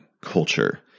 culture